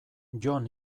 jon